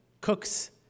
cooks